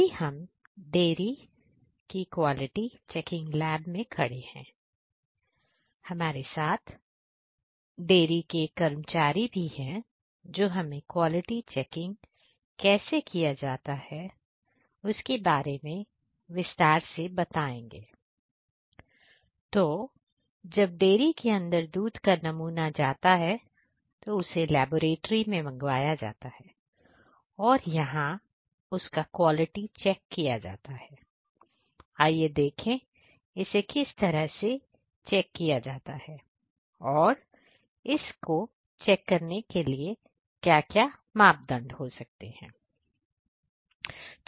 अभी हम डेयरी किया जाता है और इसके क्या क्या मापदंड हो सकते हैं